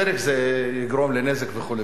זה יגרום לנזק וכו' וכו'.